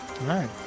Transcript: Right